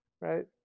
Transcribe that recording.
right